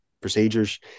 procedures